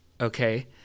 okay